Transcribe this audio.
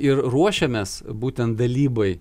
ir ruošiamės būtent dalybai